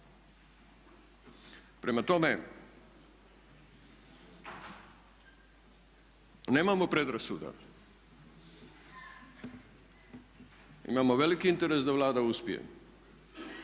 Prema tome, nemamo predrasuda imamo veliki interes da Vlada uspije